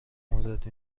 مدت